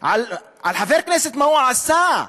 על חבר כנסת, מה הוא עשה,